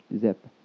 zip